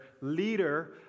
leader